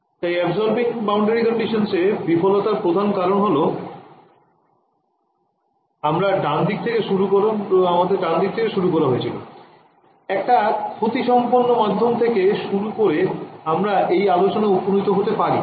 তাই absorbing boundary conditions এর বিফলতার প্রধান কারণ হল আমরা ডানদিক থেকে শুরু করা হয়েছিল একটা ক্ষতি সম্পন্ন মাধ্যম থেকে শুরু করে আমরা এই আলোচনায় উপনীত হতে পারি